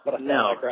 no